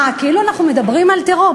כאילו אנחנו מדברים על טרור.